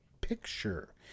picture